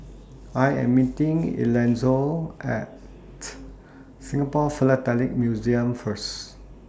I Am meeting Elonzo At Singapore Philatelic Museum First